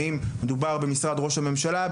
האם מדובר במשרד ראש הממשלה,